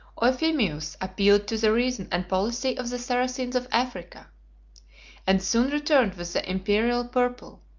euphemius appealed to the reason and policy of the saracens of africa and soon returned with the imperial purple,